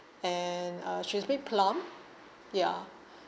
and uh she's very plump ya